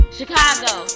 Chicago